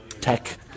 tech